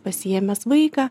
pasiėmęs vaiką